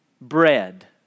bread